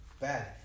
bad